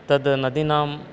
तत् नदीनां